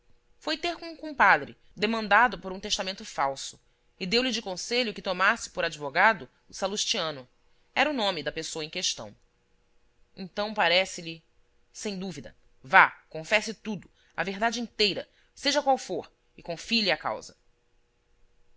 foi ter com um compadre demandado por um testamento falso e deu-lhe de conselho que tomasse por advogado o salustiano era o nome da pessoa em questão então parece-lhe sem dúvida vá confesse tudo a verdade inteira seja qual for e confie lhe a causa